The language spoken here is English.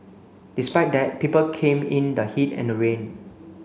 despite that people came in the heat and the rain